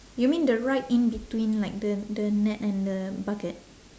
you mean the right in between like the the net and the bucket